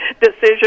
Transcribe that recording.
decision